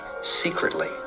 secretly